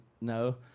no